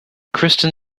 kirsten